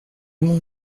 mon